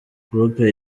groupe